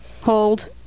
hold